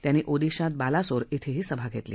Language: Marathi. त्यांनी ओदिशात बालासोर इथंही सभा घेतली